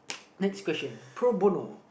next question